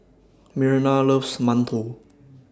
Myrna loves mantou